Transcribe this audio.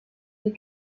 die